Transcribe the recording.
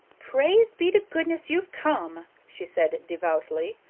praise be to goodness you've come, she said devoutly,